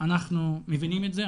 אנחנו מבינים את זה,